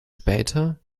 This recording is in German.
später